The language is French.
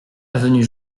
avenue